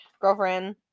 girlfriend